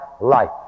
life